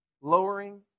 lowering